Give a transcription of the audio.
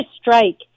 strike